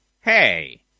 Hey